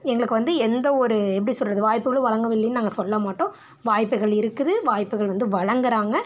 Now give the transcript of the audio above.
எங்களுக்கு வந்து எந்த ஒரு எப்படி சொல்கிறது வாய்ப்புகளும் வழங்கவில்லைன்னு நாங்கள் சொல்லமாட்டோம் வாய்ப்புகள் இருக்குது வாய்ப்புகள் வந்து வழங்குறாங்க